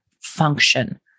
function